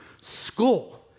school